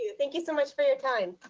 thank you so much for your time.